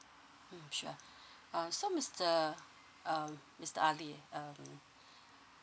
mm sure uh so mister um mister ali um